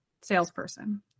salesperson